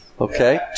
Okay